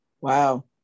Wow